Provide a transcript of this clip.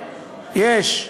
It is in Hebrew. כן, יש.